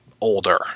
older